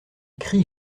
crie